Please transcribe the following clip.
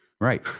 right